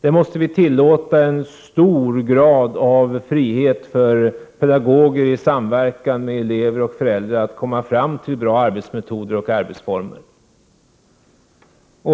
Vi måste tillåta en hög grad av frihet för pedagoger för att dessa i samverkan med elever och föräldrar skall kunna komma fram till bra arbetsmetoder och arbetsformer.